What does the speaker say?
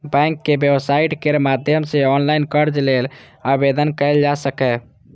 बैंकक वेबसाइट केर माध्यम सं ऑनलाइन कर्ज लेल आवेदन कैल जा सकैए